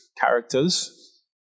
characters